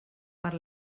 per